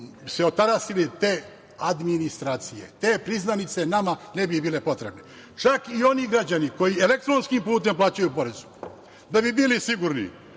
se otarasili te administracije, te priznanice nama ne bi bile potrebne. Čak i oni građani koji elektronskim putem plaćaju porez da bi bili sigurni